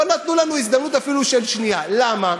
לא נתנו לנו הזדמנות אפילו של שנייה, למה?